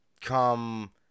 come